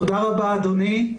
תודה רבה אדוני.